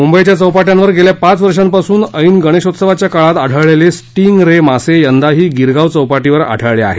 मुंबईच्या चौपाट्यांवर गेल्या पाच वर्षापूर्वी ऐन गणेशोत्सवाच्या काळात आढळलेले स्टिंग रे मासे यंदाही गिरगाव चौपाटीवर आढळले आहेत